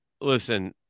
listen